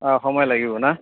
অঁ সময় লাগিব না